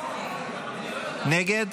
נגד?